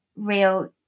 real